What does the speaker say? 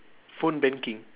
phone banking